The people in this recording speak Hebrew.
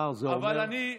אבל אני,